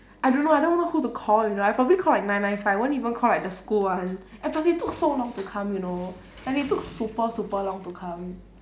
I don't know I don't even know who to call you know I probably call like nine nine five I wouldn't even call like the school one and plus they took so long to come you know like they took super super long to come